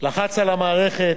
לחץ על המערכת,